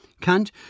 Kant